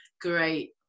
great